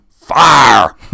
fire